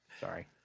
Sorry